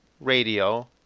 radio